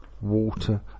water